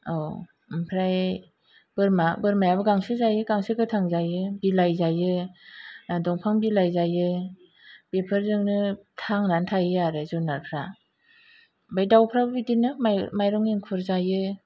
औ ओमफ्राय बोरमा बोरमायाबो गांसो जायो गांसो गोथां जायो बिलाइ जायो दंफां बिलाइ जायो बेफोरजोंनो थांनानै थायो आरो जुनारफ्रा ओमफ्राय दावफ्राबो बिदिनो माइ माइरं इंखुर जायो